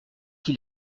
qui